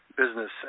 business